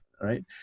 Right